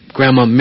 Grandma